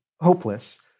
hopeless